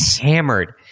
Hammered